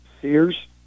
Sears